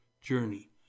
journey